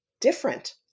different